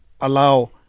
allow